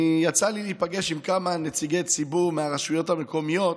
יצא לי להיפגש עם כמה נציגי ציבור מהרשויות המקומיות,